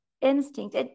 instinct